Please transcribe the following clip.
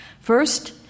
First